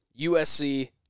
USC